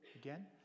Again